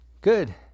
Good